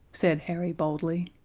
said harry boldly.